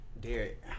Derek